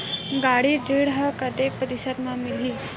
गाड़ी ऋण ह कतेक प्रतिशत म मिलही?